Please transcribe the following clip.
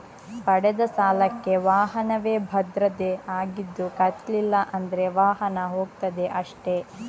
ಪಡೆದ ಸಾಲಕ್ಕೆ ವಾಹನವೇ ಭದ್ರತೆ ಆಗಿದ್ದು ಕಟ್ಲಿಲ್ಲ ಅಂದ್ರೆ ವಾಹನ ಹೋಗ್ತದೆ ಅಷ್ಟೇ